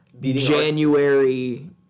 January